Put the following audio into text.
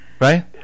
right